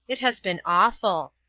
it has been awful.